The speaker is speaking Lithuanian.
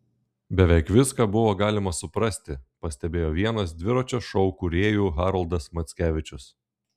beveik viską buvo galima suprasti pastebėjo vienas dviračio šou kūrėjų haroldas mackevičius